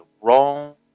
wrong